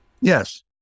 Yes